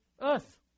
earth